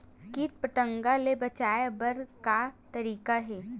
कीट पंतगा ले बचाय बर का तरीका हे?